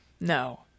No